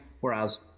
whereas